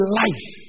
life